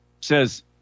Says